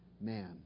man